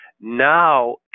Now